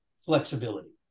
flexibility